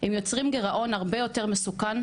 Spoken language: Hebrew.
הם יוצרים גירעון הרבה יותר מסוכן,